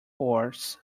pours